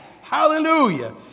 Hallelujah